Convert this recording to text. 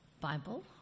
Bible